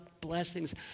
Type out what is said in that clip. blessings